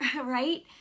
right